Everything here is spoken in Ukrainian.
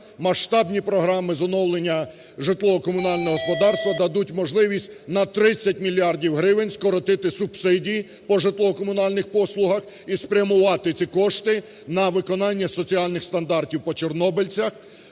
масштабні програми з оновлення житлово-комунального господарства дадуть можливість на 30 мільярдів гривень скоротити субсидії по житлово-комунальних послугах і спрямувати ці кошти на виконання соціальних стандартів по чорнобильцях,